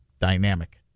dynamic